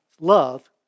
love